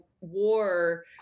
war